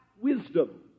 wisdom